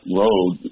road